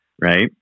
right